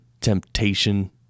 temptation